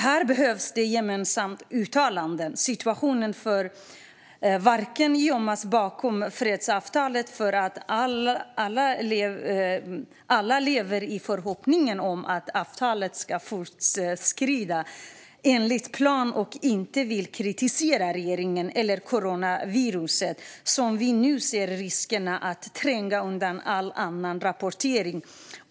Här behövs gemensamma uttalanden. Situationen får inte gömmas vare sig bakom fredsavtalet - alla lever i förhoppningen om att avtalet ska fortskrida enligt plan, och man vill inte kritisera regeringen - eller coronaviruset, som vi nu ser riskerar att tränga undan all annan rapportering.